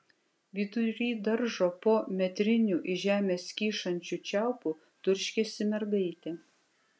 vidury daržo po metriniu iš žemės kyšančiu čiaupu turškėsi mergaitė